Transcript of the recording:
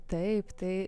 taip tai